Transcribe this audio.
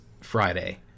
friday